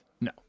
No